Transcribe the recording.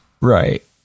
Right